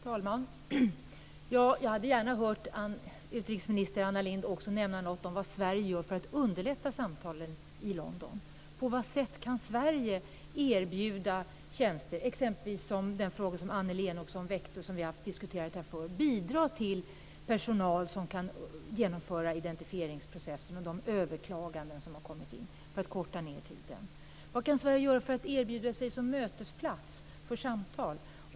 Fru talman! Jag hade gärna hört utrikesminister Anna Lindh också nämna något om vad Sverige gör för att underlätta samtalen i London. På vad sätt kan Sverige erbjuda tjänster? Det gäller exempelvis den fråga som Anneli Enochsson väckte och som vi har diskuterat här förr om att bidra med personal som kan genomföra indentifieringsprocessen och de överklaganden som har kommit in för att korta ned tiden. Vad kan Sverige göra för att erbjuda sig som mötesplats för samtal?